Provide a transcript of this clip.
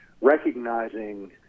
recognizing